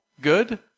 good